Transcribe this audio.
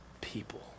people